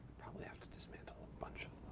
probably have to dismantle a bunch of